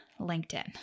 LinkedIn